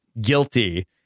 guilty